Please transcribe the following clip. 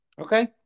Okay